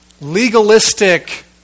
legalistic